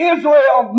Israel